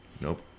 Nope